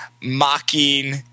mocking